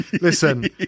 listen